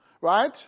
Right